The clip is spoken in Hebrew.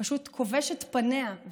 פשוט כובש את פניה.